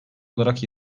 olarak